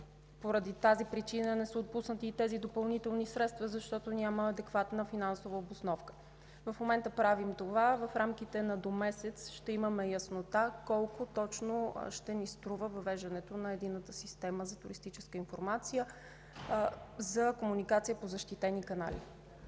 поради тази причина не са отпуснати и допълнителните средства, защото няма адекватна финансова обосновка. В момента правим това. В рамките на до един месец ще имаме яснота колко точно ще ни струва въвеждането на Единната система за туристическа информация за комуникация по защитени канали.